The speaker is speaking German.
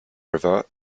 river